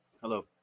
Hello